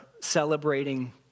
celebrating